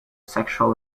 sexual